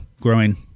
growing